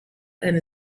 and